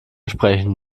sprechen